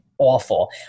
Awful